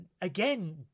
again